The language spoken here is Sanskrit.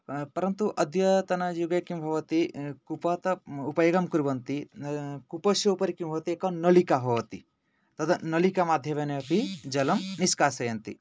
परन्तु अद्यतनयुगे किं भवति कूपात् उपयोगं कुर्वन्ति कूपस्य उपरि किं भवति एका नळिका भवति तद् नळिकामाध्यमेनापि जलं निश्कासयन्ति